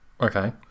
Okay